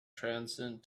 transcend